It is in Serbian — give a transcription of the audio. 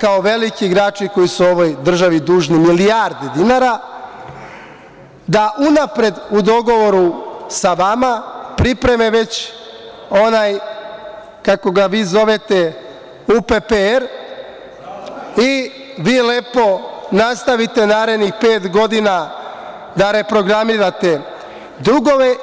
kao veliki igrači koji su ovoj državi dužni milijarde dinara, da unapred u dogovoru sa vama pripreme već onaj, kako ga vi zovete UPPR i vi lepo nastavite narednih pet godina da reprogramirate dugove.